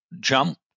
jump